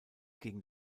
gegen